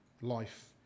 life